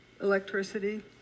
electricity